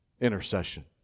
intercession